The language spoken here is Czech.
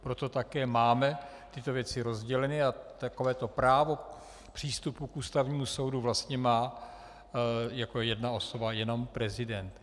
Proto také máme tyto věci rozděleny a takovéto právo přístupu k Ústavnímu soudu vlastně má jako jedna osoba jenom prezident.